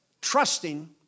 trusting